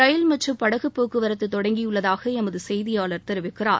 ரயில் மற்றும் படகுப்போக்குவரத்து தொடங்கியுள்ளதாக எமது செய்தியாளர் தெரிவிக்கிறார்